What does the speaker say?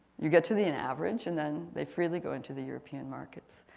you get to the and average and then they freely go into the european markets.